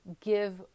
give